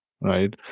right